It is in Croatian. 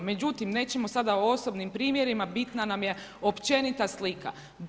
Međutim nećemo sada o osobnim primjerima bitna nam je općenita slika.